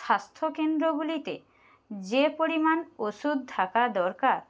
স্বাস্থ্যকেন্দ্রগুলিতে যে পরিমাণ ওষুধ থাকা দরকার